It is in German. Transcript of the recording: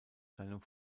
seinem